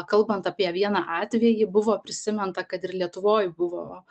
kalbant apie vieną atvejį buvo prisiminta kad ir lietuvoj buvo